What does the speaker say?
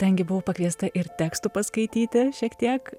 ten gi buvau pakviesta ir tekstų paskaityti šiek tiek